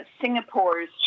Singapore's